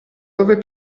dove